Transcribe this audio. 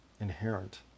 inherent